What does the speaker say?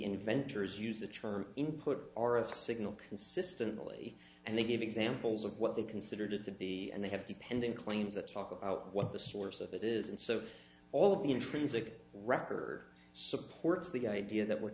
inventors used the term input or of signal consistently and they gave examples of what they considered to be and they have depended claims that talk about what the source of it is and so all of the intrinsic record supports the idea that we're